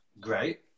great